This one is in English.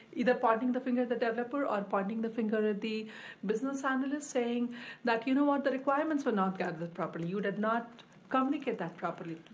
either pointing the finger at the developer or pointing the finger at the business analyst, saying that, you know what, the requirements were not gathered properly, you did not communicate that properly.